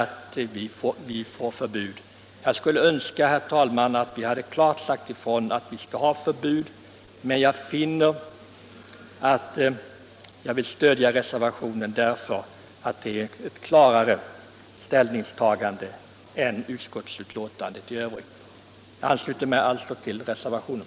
Först då kan man komma åt de värsta missförhållandena på området. Jag skulle önska, herr talman, att vi i dag bestämt hade kunnat säga ifrån att vi vill ha förbud. Men jag finner att jag vill stödja reservanterna därför att de gör 'ett klarare ställningstagande än utskottsmajoriteten. Herr talman! Jag ansluter mig alltså till reservationen.